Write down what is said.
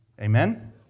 Amen